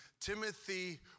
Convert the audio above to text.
Timothy